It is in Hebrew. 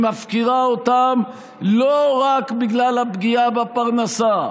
היא מפקירה אותם לא רק בגלל הפגיעה בפרנסה,